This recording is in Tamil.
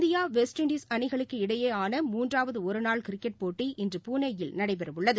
இந்தியா வெஸ்ட் இண்டஸ் அணிகளுக்கு இடையேயாள மூன்றாவதுஒருநாள் கிரிக்கெட் போட்டி இன்று புனேயில் நடைபெறவுள்ளது